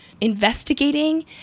investigating